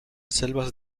selvas